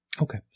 Okay